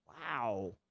Wow